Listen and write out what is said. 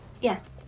Yes